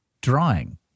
drawing